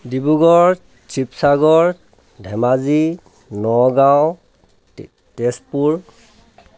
ডিব্ৰুগড় শিৱসাগৰ ধেমাজী নগাঁও তে তেজপুৰ